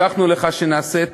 הבטחנו לך שנעשה,